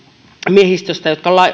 miehistöstä jotka